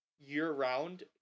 year-round